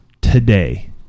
today